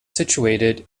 situated